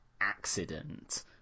accident